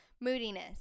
moodiness